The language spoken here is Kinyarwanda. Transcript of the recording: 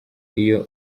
iyo